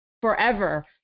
forever